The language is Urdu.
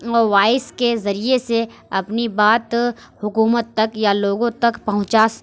وائس کے ذریعے سے اپنی بات حکومت تک یا لوگوں تک پہنچا